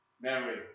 Mary